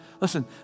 Listen